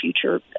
future